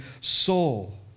soul